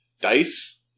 dice